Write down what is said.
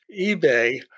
eBay